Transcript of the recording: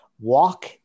walk